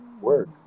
work